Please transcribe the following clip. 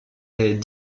est